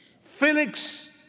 Felix